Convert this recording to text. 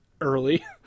early